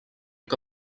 que